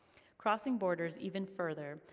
crossing borders even further,